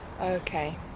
Okay